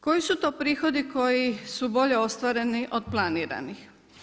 Koji su to prihodi koji su bolje ostvareni od planiranih?